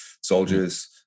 soldiers